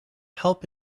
help